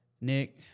Nick